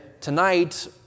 Tonight